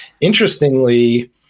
Interestingly